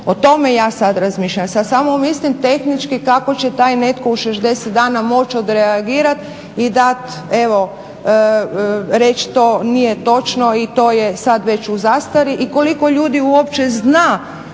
O tome ja sada razmišljam, sad samo mislim tehnički kako će taj netko u 60 dana moć odreagirati i dati evo, reći to nije točno i to je sad već u zastari i koliko ljudi uopće zna